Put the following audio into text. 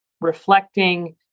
reflecting